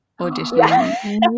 auditioning